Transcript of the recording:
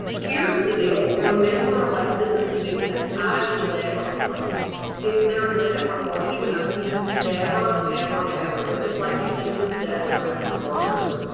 here's the deal remember like this is the big thing i would never like if there is a network marketing company you never ever ever this is like the kiss of death for network marketers.